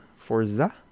Forza